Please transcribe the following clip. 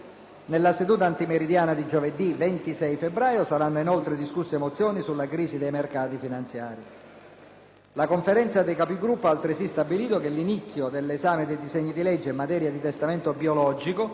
Nella seduta antimeridiana di giovedì 26 febbraio saranno inoltre discusse mozioni sulla crisi dei mercati finanziari. La Conferenza dei Capigruppo ha altresì stabilito che l'inizio dell'esame dei disegni di legge in materia di testamento biologico